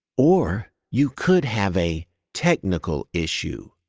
or you could have a technical issue,